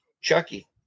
chucky